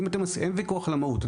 אין ויכוח על המהות,